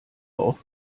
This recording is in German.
auch